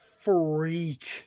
freak